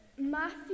Matthew